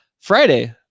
Friday